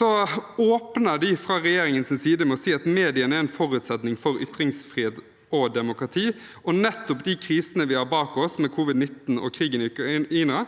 nå, åpner de fra regjeringens side med å si at mediene er en forutsetning for ytringsfrihet og demokrati. Nettopp de krisene vi har bak oss, med covid-19 og krigen i Ukraina,